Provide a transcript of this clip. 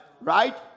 right